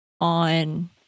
on